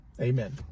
Amen